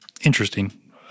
interesting